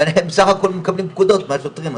והם בסך הכל מקבלים פקודות מהשוטרים.